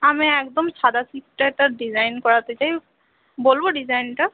আমি একদম সাদাসিধে একটা ডিজাইন করাতে চাই বলব ডিজাইনটা